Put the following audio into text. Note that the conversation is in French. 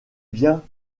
bien